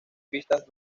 pistas